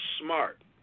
smart